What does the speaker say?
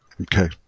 Okay